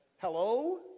Hello